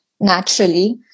naturally